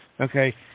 Okay